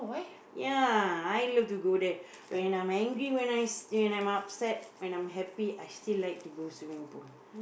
ya I love to go there when I'm angry when I'm s~ when i'm upset when I'm happy I still like to go swimming pool